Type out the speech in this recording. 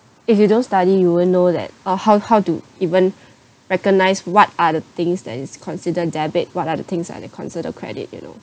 if you don't study you won't know that uh how how to even recognise what are the things that is considered debit what are the things that they consider credit you know